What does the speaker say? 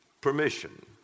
permission